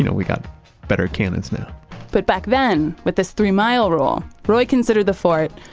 you know we've got better cannons now but back then with this three-mile rule, roy considered the fort,